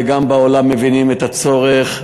וגם בעולם מבינים את הצורך.